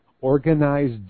organized